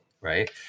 right